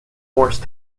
morse